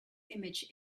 image